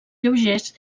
lleugers